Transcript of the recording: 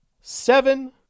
seven